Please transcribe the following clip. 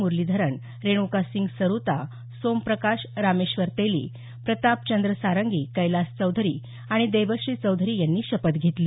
मुरलीधरन रेणुका सिंग सरूता सोम प्रकाश रामेश्वर तेली प्रतापचंद्र सारंगी कैलास चौधरी आणि देबश्री चौधरी यांनी शपथ घेतली